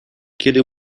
kiedy